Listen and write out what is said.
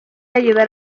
ayudar